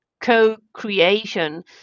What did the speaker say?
co-creation